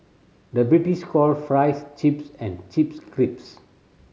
the British call fries chips and chips